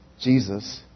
Jesus